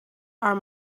are